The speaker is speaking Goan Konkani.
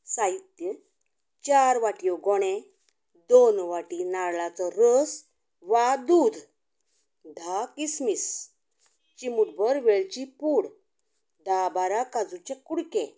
साहित्या चार वाटयो घोणें दोन वाटी नाल्लाचो रोस वा दूद धा किसमीस चिमूट भर वेलची पूड धा बारा काजुचे कुडके